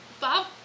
Bob